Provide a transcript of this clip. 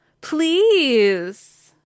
Please